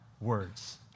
words